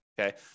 okay